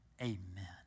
Amen